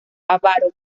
avaro